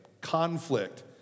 Conflict